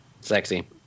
sexy